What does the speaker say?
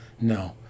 No